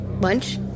Lunch